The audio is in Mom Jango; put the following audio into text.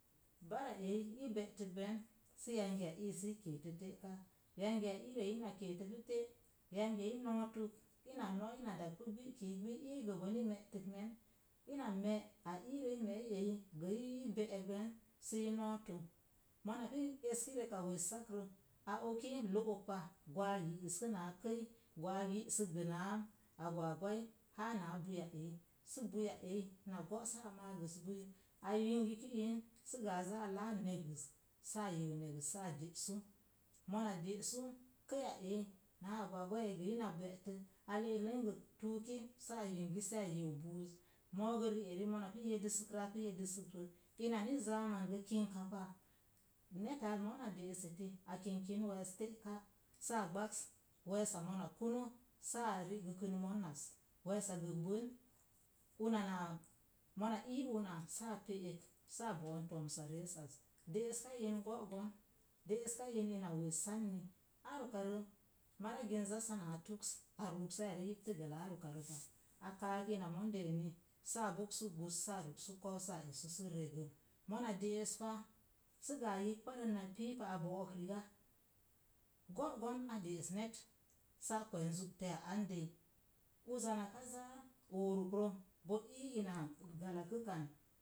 Bara eyi i be'tək ben sə yangi ya ii sii keetə te'ka, yangiya eyi nootək, ina noo ina dga pu gbikiyi gbi, ii gobən i me'tək men, ina me'a iirə i me'i eyi gə ii be'ekben sii nootə. Mona pi eski reka wessakrə, a oki i lo'ok pa gwaag iiskə naa kəi, gwaag yisək gə naa agwaagwai haa naa bui ya eyi. Sə bui a eyi, na go'sa a maagəs bui a yingəki yin sə gə a laa negəz, saa yin negəz saa de'su. Mona de'su, kəia eyi naa agwagwai a eyi gə ina be'tə, a le'eklen gə tuuki saa yingi saa yiu buuz. Moogə ri'eri mona puyedəsəkrə apu yedəsəkrə. Ina ni zaam an gə kingka pa. Neta mon a de'es eti a kingkin wees te'ka saa gbaks. Wees a mona kunə, a ri'gəkan monnas, weesa gəbən una naa, mona i ura saa pe'ek saa bo'on tomsa rees az. De'eska in go'gon, de'oska in ina wessan ni, ar uka rə mara ginz zasa naa tuks, a ruuk saa re yiptə gala ar ukarə pa, a kaak ina mondə eni saa boksu gus saa ru'su koo saa esu sə regə. Mona de'es pa, sə gə a yigba sən gə na piipa, a bo'ok riga go'gon a de'es net saa kween zo'te a andəi. Uza naka zaa oorək rə bo ii ina gala kəkan